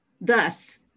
Thus